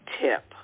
tip